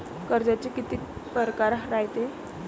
कर्जाचे कितीक परकार रायते?